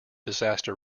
disaster